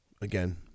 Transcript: again